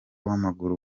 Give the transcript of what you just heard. w’amaguru